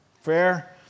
Fair